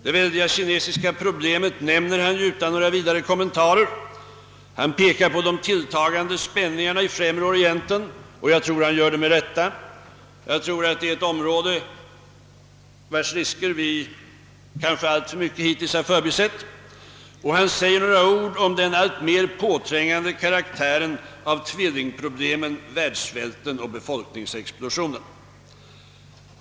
Det väldiga kinesiska problemet nämner han utan några kommentarer, han pekar på de tilltagande spänningarna i Främre Orienten — och det nog med all rätt; jag anser detta vara ett område vars risker vi hittills alltför mycket förbisett — och han säger några ord om den alltmer påträngande karaktären av tvillingproblemen världssvälten och befolkningsexplosionen.